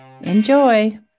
Enjoy